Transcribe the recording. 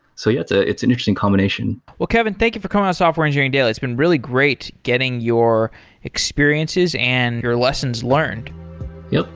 so yeah, it's ah it's an interesting combination well kevin, thank you for coming on software engineering daily. it's been really great getting your experiences and your lessons learned yeah.